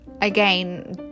again